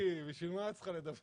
סיגי, בשביל מה את צריכה לדווח?